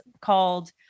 called